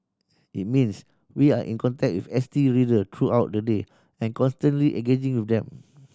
it means we are in contact with S T reader throughout the day and constantly engaging with them